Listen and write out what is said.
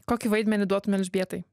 kokį vaidmenį duotum elžbietai